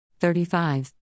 35